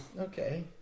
Okay